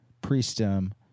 pre-STEM